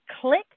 click